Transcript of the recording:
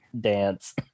dance